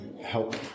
help